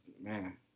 Man